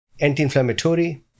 Anti-inflammatory